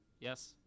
Yes